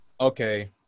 okay